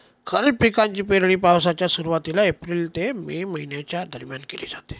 खरीप पिकांची पेरणी पावसाच्या सुरुवातीला एप्रिल ते मे च्या दरम्यान केली जाते